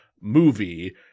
movie